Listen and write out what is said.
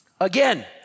Again